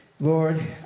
Lord